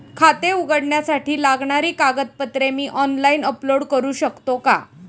खाते उघडण्यासाठी लागणारी कागदपत्रे मी ऑनलाइन अपलोड करू शकतो का?